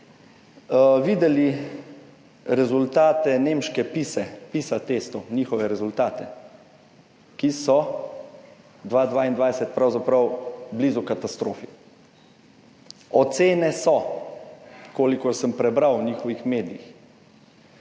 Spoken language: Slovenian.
videli rezultate nemških PISA testov, ki so za leto 2022 pravzaprav blizu katastrofi. Ocene so, kolikor sem prebral v njihovih medijih,